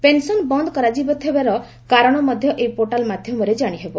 pension ବନ୍ଦ୍ କରାଯାଇଥିବାର କାରଣ ମଧ୍ୟ ଏହି ପୋର୍ଟାଲ୍ ମାଧ୍ୟମରେ କାଣିହେବ